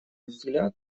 взгляд